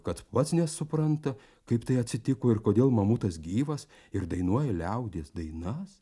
kad pats nesupranta kaip tai atsitiko ir kodėl mamutas gyvas ir dainuoja liaudies dainas